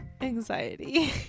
anxiety